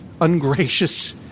ungracious